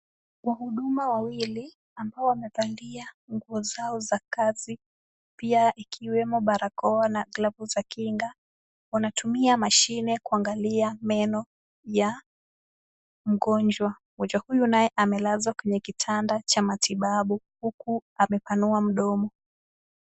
Wahuduma wawili ambao wamevalia nguo zao za kazi pia ikiwemo barakoa na glavu za kinga, wanatumia mashine kuangalia meno ya mgonjwa. Mgonjwa huyu naye amelazwa kwenye kitanda cha matibabu huku amepanua mdomo.